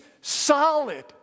solid